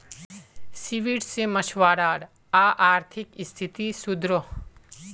seaweed से मछुवारार अआर्थिक स्तिथि सुधरोह